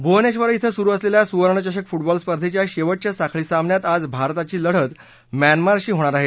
भूवनेधर िक्षे सुरु असलेल्या सुवर्णचषक फुटबॉल स्पर्धेच्या शेवटच्या साखळी सामन्यात आज भारताची लढत म्यानमारशी होणार आहे